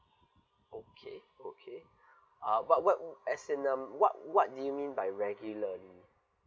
okay okay uh what what as in um what what do you mean by regularly